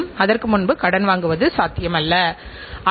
மேலும் அதை முடிந்தவரை குறைவாக வைத்திருக்க வேண்டும்